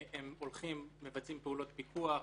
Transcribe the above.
מבצעים פעולות פיקוח,